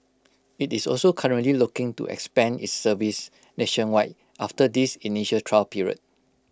IT is also currently looking to expand its service nationwide after this initial trial period